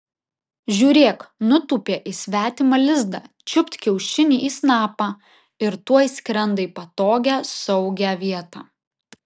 žiūrėk nutūpė į svetimą lizdą čiupt kiaušinį į snapą ir tuoj skrenda į patogią saugią vietą